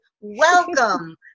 welcome